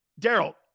Daryl